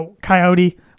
coyote